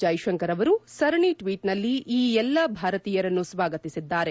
ಜೈಶಂಕರ್ ಅವರು ಸರಣಿ ಟ್ವೀಟ್ನಲ್ಲಿ ಈ ಎಲ್ಲ ಭಾರತೀಯರನ್ನು ಸ್ವಾಗತಿಸಿದ್ದಾರೆ